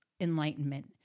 enlightenment